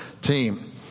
team